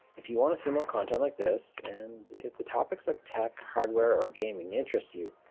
if you want to see more content like this and if the topics of tech, hardware or gaming interests you,